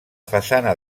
façana